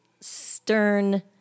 stern